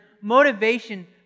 motivation